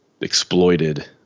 exploited